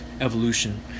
Evolution